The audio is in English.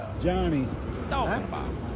johnny